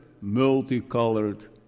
multicolored